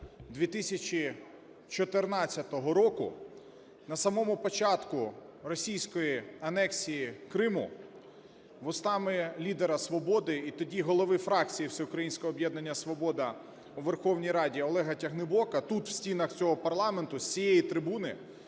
2014 року, на самому початку російської анексії Криму, вустами лідера "Свободи" і тоді голови фракції "Всеукраїнського об'єднання "Свобода" у Верховній Раді Олега Тягнибока тут, в стінах цього парламенту, з цієї трибуни